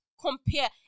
compare